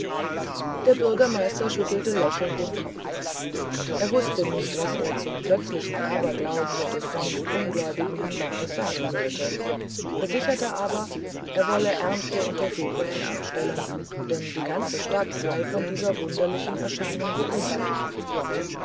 der bürgermeister schüttelte lächelnd den kopf er wußte nicht was er zum plötzlichen aberglauben des sonst ungläubigen herrn bantes sagen sollte versicherte aber er wollen ernste untersuchungen anstellen denn die ganze stadt sei von dieser wunderlichen erscheinung beunruhigt